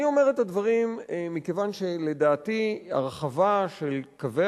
אני אומר את הדברים מכיוון שלדעתי הרחבה של קווי